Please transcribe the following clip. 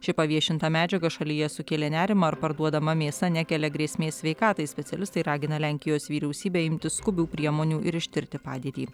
ši paviešinta medžiaga šalyje sukėlė nerimą ar parduodama mėsa nekelia grėsmės sveikatai specialistai ragina lenkijos vyriausybę imtis skubių priemonių ir ištirti padėtį